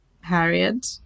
Harriet